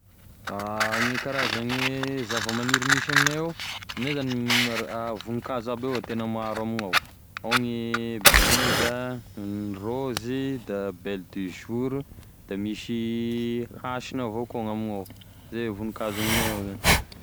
Gne karazane zavamaniry misy aminay ao aminay mar- voninkazo aby avao tena maro amignao, ao gne benja, gne raozy, da belle du jour da misy hasigna avao koa amignao, zay e voninkazo aminay ao.